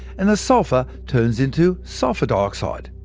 and the sulphur turns into sulphur dioxide.